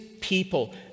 people